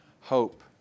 hope